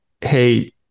hey